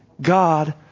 God